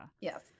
Yes